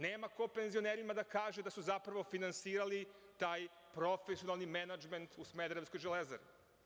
Nema ko penzionerima da kaže da su zapravo finansirali taj profesionalni menadžment u smederevskoj „Železari“